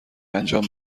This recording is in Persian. انجام